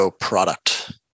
product